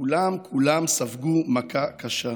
כולם כולם ספגו מכה קשה.